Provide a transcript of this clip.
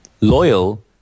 loyal